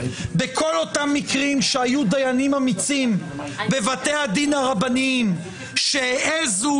בכל אותם מקרים שהיו דיינים אמיצים בבתי הדין הרבניים שהעזו